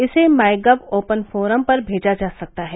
इसे MyGov open forum पर भेजा जा सकता है